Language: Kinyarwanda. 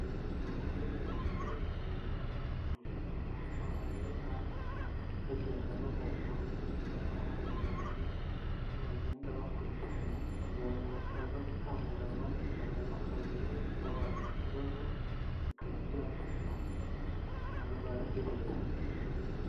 Abagore bahagaze ku iriba batondesheje umurango amajerekani, bagenda bavoma umwe avaho hajyaho undi, uko bagenda bakurikiranye kugira ngo bataza gutanguranwa bikazamo akavuyo, bikaba ikibazo bikaba byateza na rwaserera.